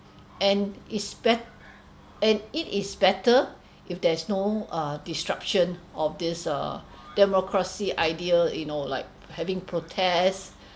and it's bet and it is better if there is no uh disruption of this err democracy idea you know like having protests